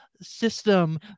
System